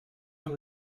hem